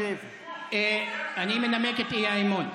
אני מנמק את האי-אמון.